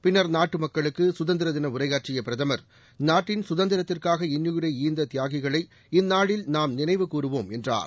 பின்னர் நாட்டு மக்களுக்கு சுதந்திரதின உரையாற்றிய பிரதமர் நாட்டின் சுதந்திரத்திற்காக இன்னுயிரை ஈந்த தியாகிகளை இந்நாளில் நாம் நினைவுகூறுவோம் என்றார்